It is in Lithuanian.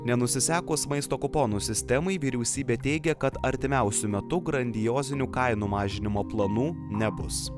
nenusisekus maisto kuponų sistemai vyriausybė teigia kad artimiausiu metu grandiozinių kainų mažinimo planų nebus